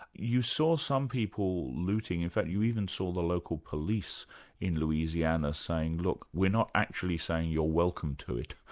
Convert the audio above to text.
you saw some people looting, in fact, you even saw the local police in louisana saying look, we're not actually saying you're welcome to it,